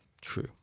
true